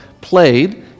played